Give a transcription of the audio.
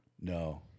no